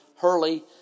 Hurley